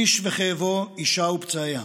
איש וכאבו, אישה ופצעיה,